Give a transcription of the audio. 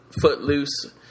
Footloose